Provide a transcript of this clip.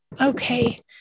Okay